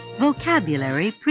Vocabulary